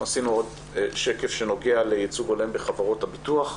אנחנו עשינו עוד שקף שנוגע לייצוג הולם בחברות הביטוח.